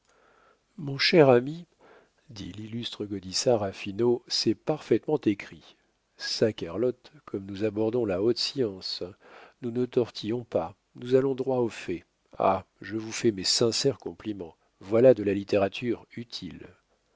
mon cher ami dit l'illustre gaudissart à finot c'est parfaitement écrit saquerlotte comme nous abordons la haute science nous ne tortillons pas nous allons droit au fait ah je vous fais mes sincères compliments voilà de la littérature utile